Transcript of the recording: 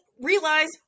realize